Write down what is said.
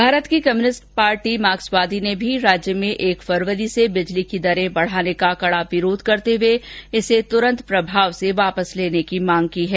भारत की communist party मार्क्सवादी ने भी राज्य में एक फरवरी से बिजली के दरें बढाने का कड़ा विरोध करते हुए इसे तुरंत प्रभाव से वापिस लेने की मांग की है